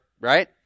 right